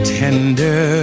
tender